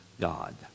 God